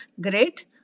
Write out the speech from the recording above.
Great